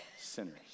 sinners